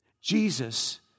Jesus